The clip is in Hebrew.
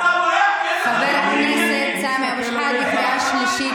אתה בורח כי אין לך טיעון ענייני.